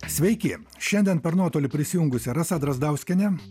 sveiki šiandien per nuotolį prisijungusia rasa drazdauskienė